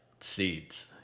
Seeds